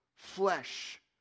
Flesh